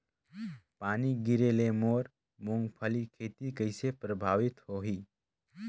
पानी गिरे ले मोर मुंगफली खेती कइसे प्रभावित होही?